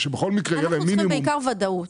אנחנו צריכים ודאות.